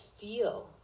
feel